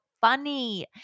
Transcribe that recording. funny